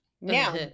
now